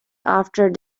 after